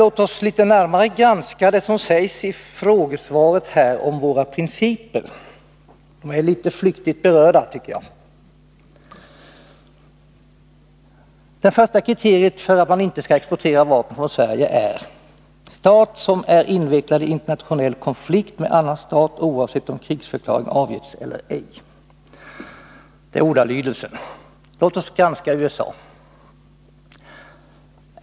Låt oss litet närmare granska det som sägs i frågesvaret om våra principer för vapenexport. De är litet flyktigt berörda, tycker jag. Det första kriteriet för en stat till vilken vi inte skall exporta vapen är följande: Stat som är invecklad i internationell konflikt med annan stat, oavsett om krigsförklaring avgetts eller ej. Ordalydelsen i bestämmelserna är denna. Låt oss granska USA.